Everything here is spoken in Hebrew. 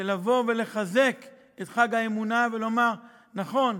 של לבוא ולחזק את האמונה, ולומר: נכון,